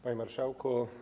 Panie Marszałku!